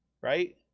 Right